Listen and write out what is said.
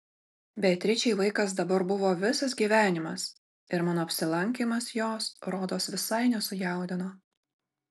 beatričei vaikas dabar buvo visas gyvenimas ir mano apsilankymas jos rodos visai nesujaudino